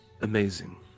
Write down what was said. Amazing